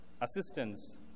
assistance